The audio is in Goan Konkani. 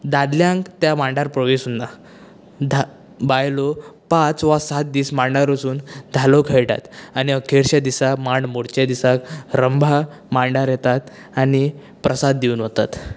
दादल्यांक त्या मांडार प्रवेश उरना धा बायलो पांच वा सात दीस मांडार वचून धालो खेळटात आनी अखेरच्या दिसांक मांड मोडचें दिसांक रंभा मांडार येतात आनी प्रसाद दिवन वतात